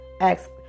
ask